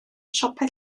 siopau